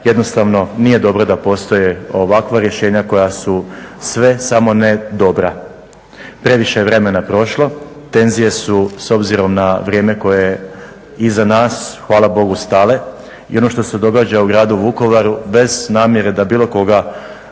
jednostavno nije dobro da postoje ovakva rješenja koja su sve samo ne dobra. Previše je vremena prošlo, tenzije su s obzirom na vrijeme koje je iza nas, hvala Bogu stale i ono što se događa u Gradu Vukovaru bez namjere da bilo koga